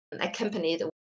accompanied